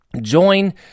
join